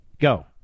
Go